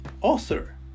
author